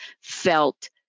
felt